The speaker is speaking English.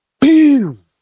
Boom